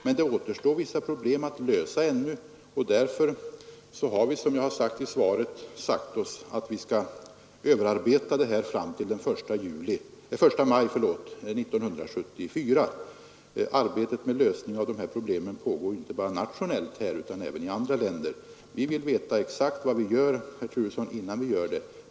Men det återstår ännu vissa problem att lösa, och därför har vi, som jag angivit i svaret, sagt oss att vi skall överarbeta bestämmelserna fram till den 1 maj 1974. Arbetet med lösningen av dessa problem pågår inte bara nationellt utan även i andra länder. Vi vill veta exakt vad vi gör, herr Turesson, innan vi gör det.